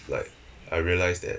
like I realise that